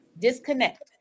disconnect